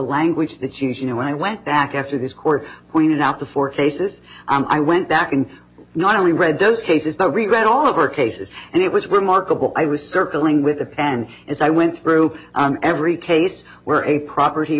language that she was you know when i went back after this court pointed out the four cases and i went back and not only read those cases that we read all of our cases and it was remarkable i was circling with a pen as i went through every case where a property